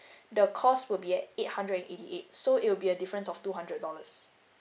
the cost would be at eight hundred and eighty eight so it will be a difference of two hundred dollars